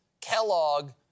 Kellogg